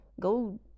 Go